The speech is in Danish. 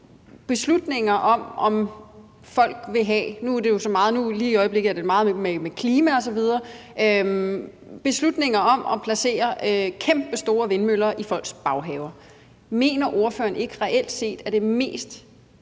men når det drejer sig om beslutninger om at placere kæmpestore vindmøller i folks baghaver, mener ordføreren reelt set ikke, at det mest